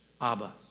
Abba